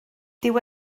dyw